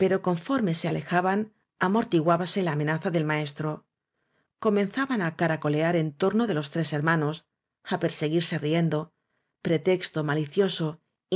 pero conforme se alejaban amortiguábase la amenaza del maestro comenzaban á caracolear en torno de los tres hermanos á perseguirse riendopretexto malicioso